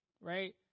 Right